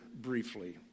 briefly